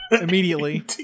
immediately